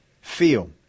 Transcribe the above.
feel